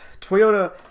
Toyota